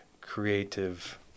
creative